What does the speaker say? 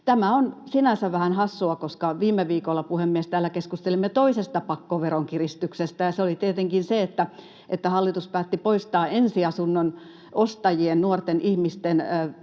Tämä on sinänsä vähän hassua, koska viime viikolla, puhemies, täällä keskustelimme toisesta pakkoveronkiristyksestä. Se oli tietenkin se, että hallitus päätti poistaa ensiasunnon ostajien, nuorten ihmisten,